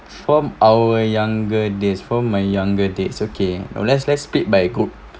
from our younger days from my younger days okay no let's let's split by a good